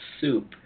soup